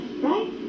right